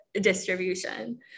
distribution